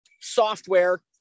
software